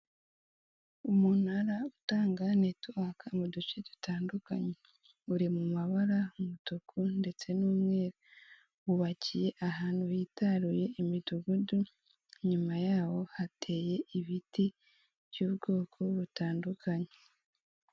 Umunara utanga netiwaka mu duce dutandukanye, uri mu mabara y'umutuku ndetse n'umweru wubakiye ahantu witaruye imidugudu, inyuma yawo hateye ibiti by'ubwoko butandukanye.